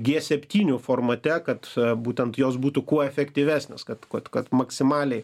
g septynių formate kad būtent jos būtų kuo efektyvesnės kad kad kad maksimaliai